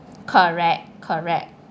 correct correct